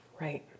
Right